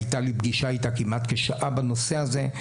הייתה לי פגישה איתה כמעט כשעה בנושא הזה.